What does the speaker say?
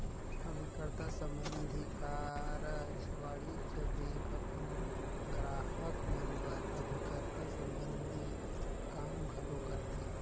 अभिकर्ता संबंधी कारज वाणिज्य बेंक अपन गराहक मन बर अभिकर्ता संबंधी काम घलो करथे